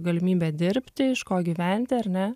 galimybę dirbti iš ko gyventi ar ne